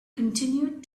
continued